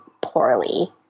poorly